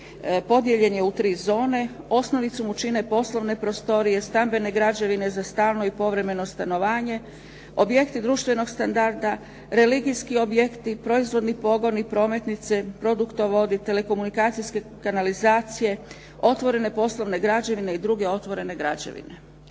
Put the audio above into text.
podijeljen je u tri zone, osnovicu mu čine poslovne prostorije, stambene građevine za stalno i povremeno stanovanje, objekti društvenog standarda, religijski objekti, proizvodni pogoni, prometnice, produktovodi, telekomunikacijske kanalizacije, otvorene poslovne građevine i druge otvorene građevine.